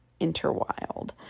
Interwild